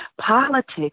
Politics